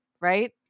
right